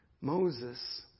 Moses